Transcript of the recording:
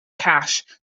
cache